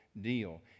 deal